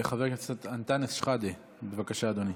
חבר הכנסת אנטאנס שחאדה, בבקשה, אדוני,